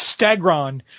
Stagron